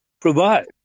provide